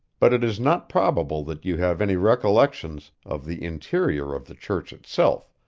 but it is not probable that you have any recollections of the interior of the church itself,